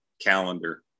calendar